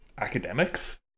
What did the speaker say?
Academics